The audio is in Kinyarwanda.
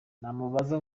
namubaza